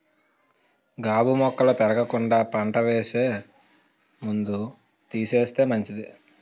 గాబు మొక్కలు పెరగకుండా పంట వేసే ముందు తీసేస్తే మంచిది